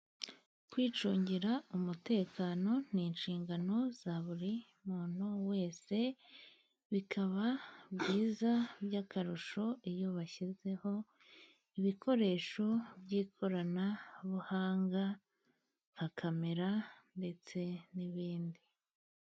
Kwicungira umutekano ni inshingano za buri muntu wese, bikaba byiza by'akarusho, iyo bashyizeho ibikoresho by'ikoranabuhanga nka kamera ndetse n'ibindi.